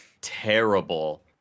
terrible